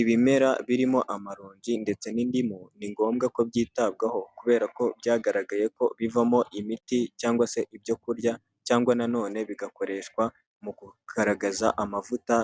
Ibimera birimo amaronji, ndetse n'indimu, ni ngombwa ko byitabwaho, kubera ko byagaragaye ko bivamo imiti, cyangwa se ibyo kurya, cyangwa nanone bigakoreshwa mu kugaragaza amavuta